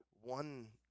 one